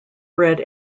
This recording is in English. bred